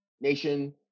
nation